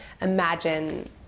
imagine